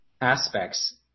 aspects